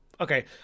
Okay